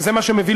זה מה שמביא